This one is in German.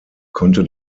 konnte